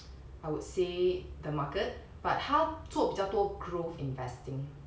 I would say the market but 他做比较多 growth investing